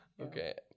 Okay